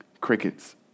Crickets